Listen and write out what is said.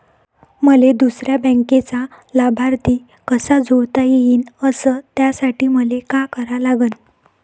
मले दुसऱ्या बँकेचा लाभार्थी कसा जोडता येईन, अस त्यासाठी मले का करा लागन?